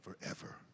forever